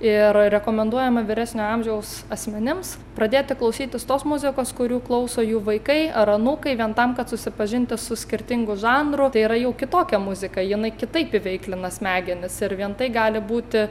ir rekomenduojama vyresnio amžiaus asmenims pradėti klausytis tos muzikos kurių klauso jų vaikai ar anūkai vien tam kad susipažinti su skirtingu žanru tai yra jau kitokia muzika jinai kitaip įveiklina smegenis ir vien tai gali būti